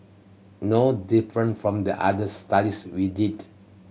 no different from the other studies we did